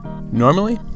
Normally